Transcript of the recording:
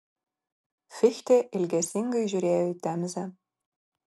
fichtė ilgesingai žiūrėjo į temzę